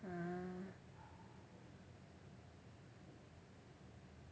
ah